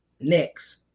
next